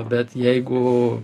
bet jeigu